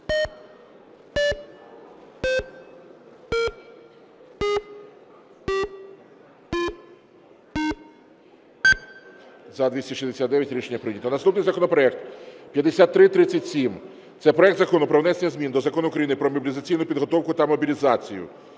За-269 Рішення прийнято. Наступний законопроект 5337. Це проект Закону про внесення змін до Закону України "Про мобілізаційну підготовку та мобілізацію".